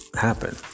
happen